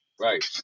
Right